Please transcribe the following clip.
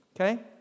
Okay